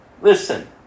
Listen